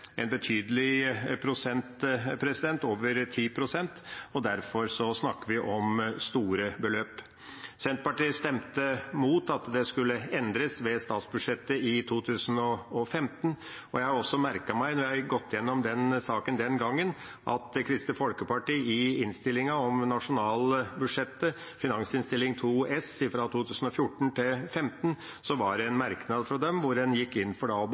en betydelig prosent – over 10 pst. – og derfor snakker vi om store beløp. Senterpartiet stemte mot at det skulle endres ved statsbudsjettet i 2015. Jeg har også merket meg, når jeg har gått gjennom saken fra den gang, at det fra Kristelig Folkeparti – i innstillinga om nasjonalbudsjettet, Innst. 2 S for 2014–2015 – var en merknad hvor en gikk inn for